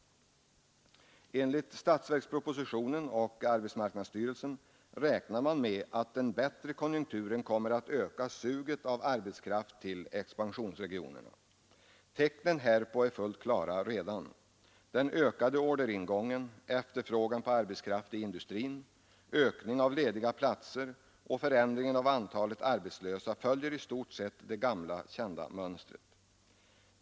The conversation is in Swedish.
Enligt statsverkspropositionen och arbetsmarknadsstyrelsen räknar man med att den bättre konjunkturen kommer att öka suget av arbetskraft till expansionsregionerna. Tecknen härpå är fullt klara redan. Den ökade orderingången, efterfrågan på arbetskraft i industrin, ökningen av antalet lediga platser och förändringen av antalet arbetslösa följer i stort sett det gamla kända mönstret.